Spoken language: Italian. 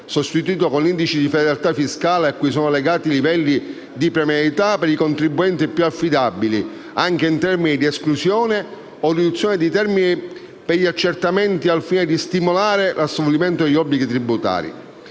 sostituito con indici di fedeltà fiscale a cui sono legati livelli di premialità per i contribuenti più affidabili anche in termini di esclusione o riduzione di termini per gli accertamenti al fine di stimolare l'assolvimento degli obblighi tributari.